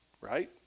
Right